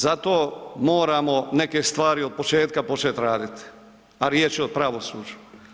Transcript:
Zato moramo neke stvari od početka početi raditi, a riječ je o pravosuđu.